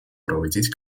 проводить